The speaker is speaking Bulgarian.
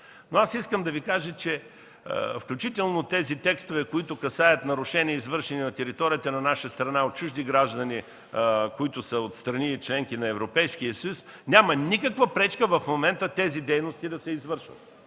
Но аз искам да Ви кажа, че включително тези текстове, които касаят нарушения, извършени на територията на нашата страна от чужди граждани, които са от страни – членки на Европейския съюз, няма никаква пречка в момента тези дейности да се извършват